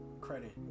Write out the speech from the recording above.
credit